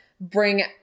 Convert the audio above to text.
bring